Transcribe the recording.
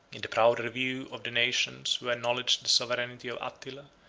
in the proud review of the nations who acknowledged the sovereignty of attila,